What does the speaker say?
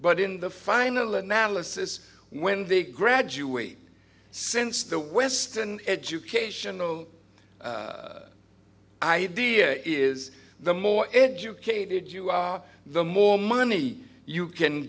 but in the final analysis when they graduate since the western educational idea is the more educated you are the more money you can